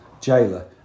jailer